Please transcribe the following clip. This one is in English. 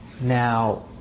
Now